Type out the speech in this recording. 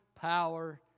power